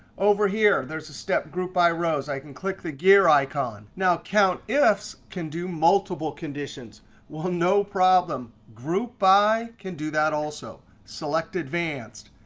over here there's a step group by rows. i can click the gear icon. now countifs can do multiple conditions with no problem. group by can do that also. select advanced,